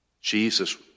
Jesus